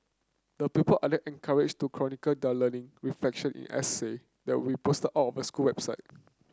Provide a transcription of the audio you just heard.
the pupil are then encouraged to chronicle learning reflection in essay that will posted on the school website